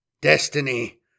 Destiny